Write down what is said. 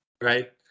right